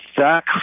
Zach